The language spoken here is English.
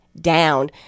down